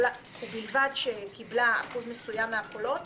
ובלבד שקיבלה אחוז מסוים מהקולות,